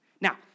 Now